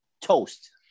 Toast